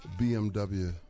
BMW